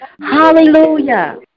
Hallelujah